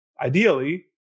ideally